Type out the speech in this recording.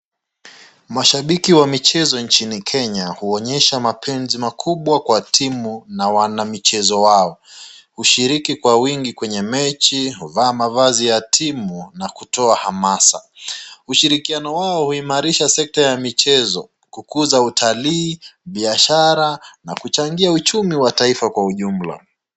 Mashabiki wa michezo nchini Kenya huonyesha mapenzi makubwa kwa timu na wanamichezo wao. Hushiriki kwa wingi kwenye mechi, huvaa mavazi ya timu na kutoa hamasa. Ushirikiano wao huimarisha sekta ya michezo, kukuza utalii, biashara na kuchangia uchumi wa taifa kwa ujumla.